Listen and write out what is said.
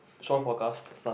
shore forecast sun